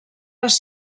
les